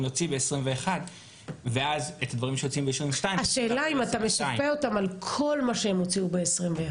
להוציא ב-2021 ואז את הדברים שצריך להוציא ב- 2022. השאלה אם אתה משפה אותם על כל מה שהם הוציאו ב-2021.